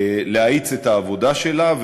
להאיץ את העבודה שלה.